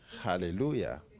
Hallelujah